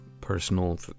personal